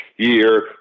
Year